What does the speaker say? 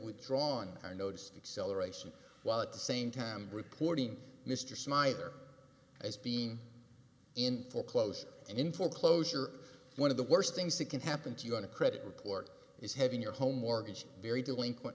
withdrawn our noticed acceleration while at the same time reporting mr snyder as being in foreclosure and in foreclosure one of the worst things that can happen to you on a credit report is having your home mortgage very delinquent